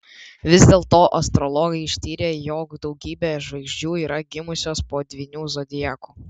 vis dėlto astrologai ištyrė jog daugybė žvaigždžių yra gimusios po dvyniu zodiaku